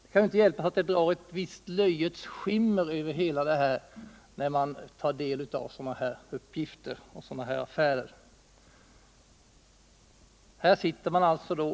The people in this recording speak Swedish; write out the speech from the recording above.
Det kan inte hjälpas att de uppgifter man får del av i detta fall sprider ett visst löjets skimmer över klassningsverksamheten.